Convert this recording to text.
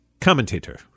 commentator